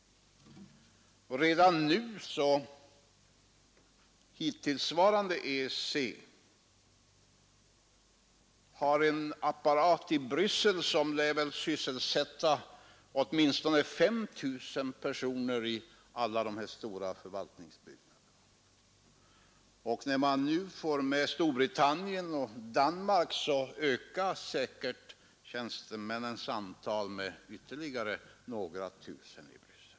Redan det hittillsvarande EEC har en apparat i Bryssel som lär sysselsätta åtminstone 5 000 personer i den stora förvaltningsbyggnaden där, och när man nu får med Storbritannien och Danmark ökas säkerligen tjänstemännens antal med ytterligare några tusen i Bryssel.